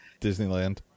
disneyland